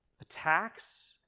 attacks